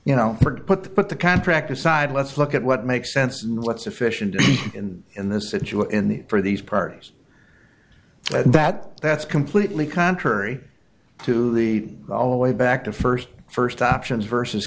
you know put the put the contract aside let's look at what makes sense and what sufficient and in this situation in the for these parties and that that's completely contrary to the all the way back to st st options versus